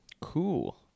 cool